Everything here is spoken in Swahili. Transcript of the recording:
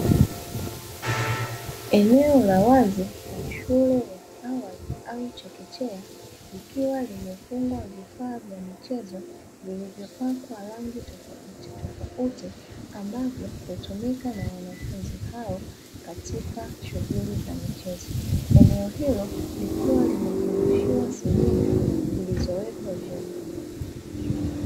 Eneo la wazi la shule ya awali au chekechea, likiwa limefungwa vifaa vya michezo vilivyopakwa rangi tofautitofauti, ambavyo hutumika na wanafunzi hao katika shughuli za michezo. Eneo hilo likiwa limezungushiwa senyenge zilizowekwa vyuma.